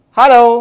Hello